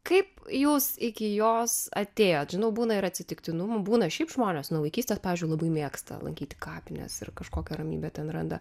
kaip jūs iki jos atėjot žinau būna ir atsitiktinumų būna šiaip žmonės nuo vaikystės pavyzdžiui labai mėgsta lankyti kapines ir kažkokią ramybę ten randa